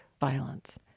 violence